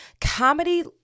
Comedy